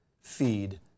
Feed